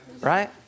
right